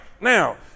now